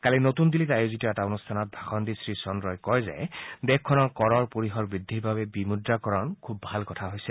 কালি নতুন দিন্নীত এটা অনুষ্ঠানত ভাষণ দি শ্ৰীচন্দ্ৰই কয় যে দেশখনৰ কৰৰ পৰিসৰ বৃদ্ধিৰ বাবে বিমুদ্ৰাকৰণ খুব ভাল কথা হৈছে